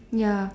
ya